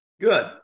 Good